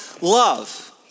love